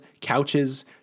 couches